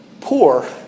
poor